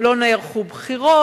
לא נערכו בחירות.